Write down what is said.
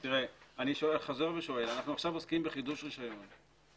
אנחנו עכשיו עוסקים בחידוש רישיון.